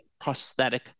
Prosthetic